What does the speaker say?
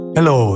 Hello